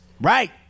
Right